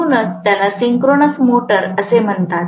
म्हणूनच त्याला synchronous motor असे म्हणतात